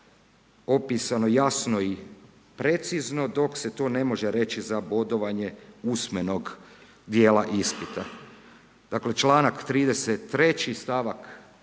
opisano jasno i precizno, dok se to ne može reći za bodovanje usmenog dijela ispita. Dakle, čl. 33., st.